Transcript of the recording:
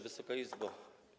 Wysoka Izbo!